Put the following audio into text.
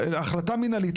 החלטה מנהלית,